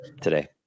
today